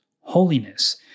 holiness